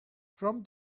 from